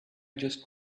just